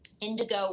indigo